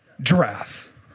Giraffe